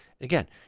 Again